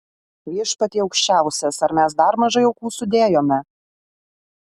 viešpatie aukščiausias ar mes dar mažai aukų sudėjome